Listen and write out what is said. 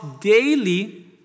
daily